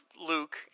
Luke